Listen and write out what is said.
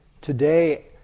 Today